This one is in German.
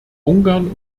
ungarn